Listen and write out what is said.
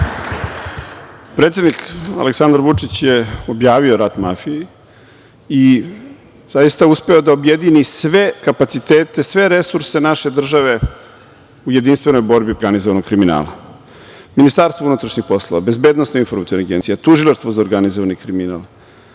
Predsednik Aleksandar Vučić je objavio rat mafiji i zaista uspeo da objedini sve kapacitete, sve resurse naše države u jedinstvenoj borbi protiv organizovanog kriminala. Ministarstvo unutrašnjih poslova, BIA, Tužilaštvo za organizovani kriminal,